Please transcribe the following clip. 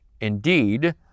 Indeed